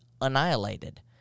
annihilated